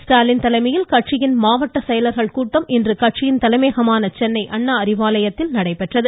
ஸ்டாலின் தலைமையில் கட்சியின் மாவட்ட செயலா்கள் கூட்டம் இன்று கட்சியின் தலைமையகமான அண்ணா அறிவாலயத்தில் நடைபெறுகிறது